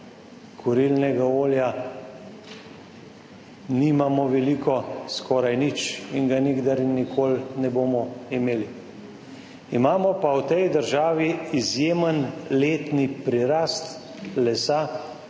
kurilnega olja nimamo veliko, skoraj nič, in ga nikdar in nikoli ne bomo imeli. Imamo pa v tej državi izjemen letni prirast lesa.